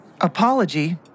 Apology